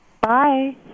Bye